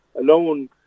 alone